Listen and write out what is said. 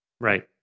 Right